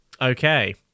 Okay